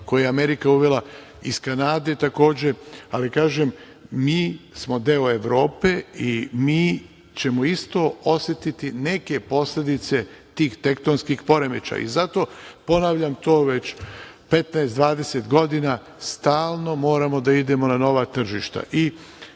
koje je Amerika uvela iz Kanade takođe. Kažem, mi smo deo Evrope i mi ćemo isto osetiti neke posledice tih tektonskih poremećaja. Zato, ponavljam to već 15, 20 godina, stalno moramo da idemo na nova tržišta. Od